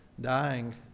dying